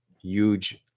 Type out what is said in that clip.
huge